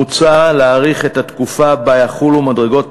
מוצע להאריך את התקופה שבה יחולו מדרגות